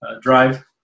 drive